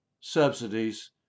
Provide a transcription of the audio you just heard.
subsidies